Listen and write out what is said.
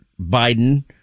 Biden